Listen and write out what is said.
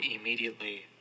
immediately